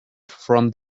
from